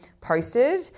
posted